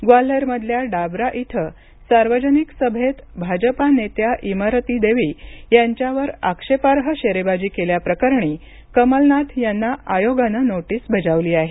ग्वाल्हेरमधल्या डाबरा इथं सार्वजनिक सभेत भाजपा नेत्या इमरती देवी यांच्यावर आक्षेपार्ह शेरेबाजी केल्याप्रकरणी कमलनाथ यांना आयोगानं नोटीस बजावली आहे